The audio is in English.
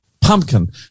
pumpkin